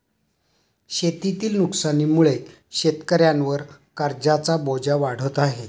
शेतीतील नुकसानीमुळे शेतकऱ्यांवर कर्जाचा बोजा वाढत आहे